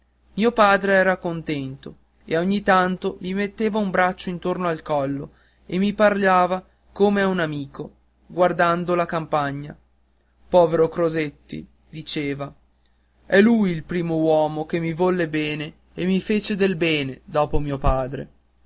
mio padre era contento e ogni tanto mi metteva un braccio intorno al collo e mi parlava come a un amico guardando la campagna povero crosetti diceva è lui il primo uomo che mi volle bene e che mi fece del bene dopo mio padre